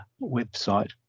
website